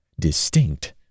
distinct